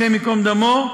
השם ייקום דמו,